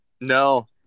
no